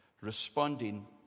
responding